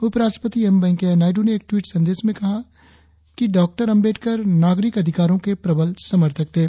उपराष्ट्रपति एम वेंकैया नायडू ने एक टवीट संदेश में कहा डॉ आम्बेडकर नागरिक अधिकारों के प्रबल समर्थक थे